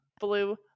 blue